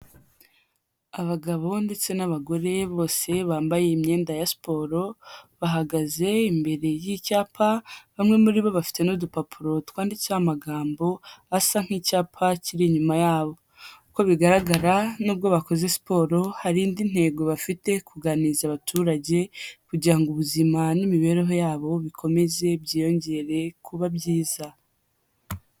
Abagabo ndetse n'abagore bose bambaye imyenda ya siporo, bahagaze imbere y'icyapa, bamwe muri bo bafite n'udupapuro twandikiraho amagambo asa nk'icyapa kiri inyuma yabo, uko bigaragara nubwo bakoze siporo hari indi ntego bafite kuganiriza abaturage kugira ngo ubuzima n'imibereho yabo bikomeze byiyongere kuba byiza.